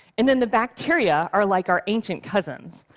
and then the bacteria are like our ancient cousins.